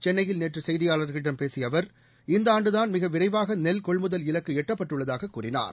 சென்னையில் நேற்று செய்தியாளர்களிடம் பேசிய அவர் இந்த ஆண்டுதான் மிக விரைவாக நெல் கொள்முதல் இலக்கு எட்டப்பட்டுள்ளதாக கூறினார்